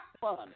fun